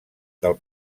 del